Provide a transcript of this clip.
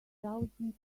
thousand